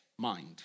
mind